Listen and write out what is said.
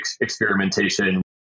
experimentation